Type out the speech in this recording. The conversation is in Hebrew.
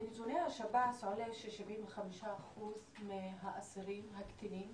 מנתוני השב"ס עולה ש-75% מהאסירים הקטינים